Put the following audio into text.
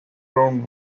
ground